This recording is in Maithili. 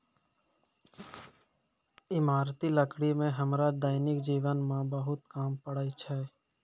इमारती लकड़ी सें हमरा दैनिक जीवन म बहुत काम पड़ै छै